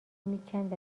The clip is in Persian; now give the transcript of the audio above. میکند